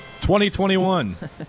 2021